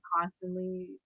constantly